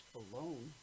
alone